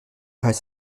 heißt